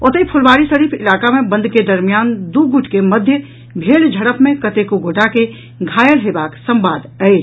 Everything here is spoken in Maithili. ओतहि फुलवारीशरीफ इलाका मे बंद के दरमियान दू गुँट के मध्य भेल झड़प मे कतेको गोटा के घायल हेबाक संवाद अछि